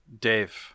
Dave